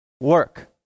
work